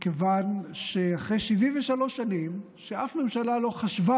מכיוון שאחרי 73 שנים שאף ממשלה לא חשבה